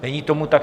Není tomu tak.